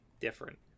different